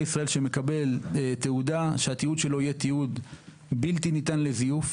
ישראל שמקבל תעודה שהתיעוד שלו יהיה תיעוד בלתי ניתן לזיוף,